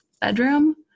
bedroom